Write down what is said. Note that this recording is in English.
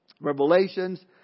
revelations